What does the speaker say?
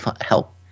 help